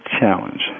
challenge